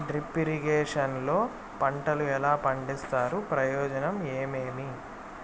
Drip irrigation లో పంటలు ఎలా పండిస్తారు ప్రయోజనం ఏమేమి?